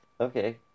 Okay